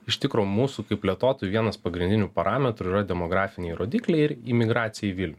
iš tikro mūsų kaip plėtotojų vienas pagrindinių parametrų yra demografiniai rodikliai ir imigracija į vilnių